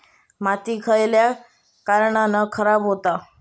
माती खयल्या कारणान खराब हुता?